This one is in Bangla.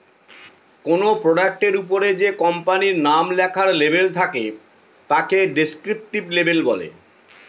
কোনো প্রোডাক্টের ওপরে যে কোম্পানির নাম লেখার লেবেল থাকে তাকে ডেস্ক্রিপটিভ লেবেল বলে